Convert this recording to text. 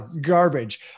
garbage